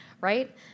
right